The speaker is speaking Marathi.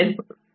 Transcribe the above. x p